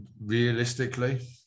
realistically